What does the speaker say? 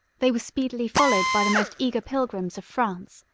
they were speedily followed by the most eager pilgrims of france,